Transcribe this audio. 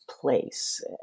place